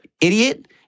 idiot